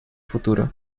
futuro